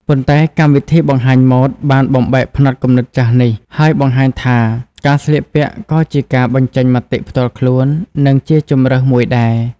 ប៉ុន្តែកម្មវិធីបង្ហាញម៉ូដបានបំបែកផ្នត់គំនិតចាស់នេះ ហើយបង្ហាញថាការស្លៀកពាក់ក៏ជាការ បញ្ចេញមតិផ្ទាល់ខ្លួន និងជា ជម្រើស មួយដែរ។